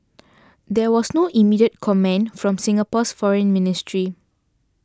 there was no immediate comment from Singapore's foreign ministry